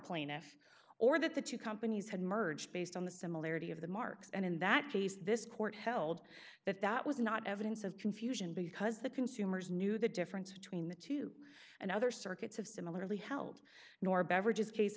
plaintiff or that the two companies had merged based on the similarity of the marks and in that case this court held that that was not evidence of confusion because the consumers knew the difference between the two and other circuits of similarly held nor beverages case